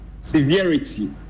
severity